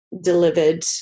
delivered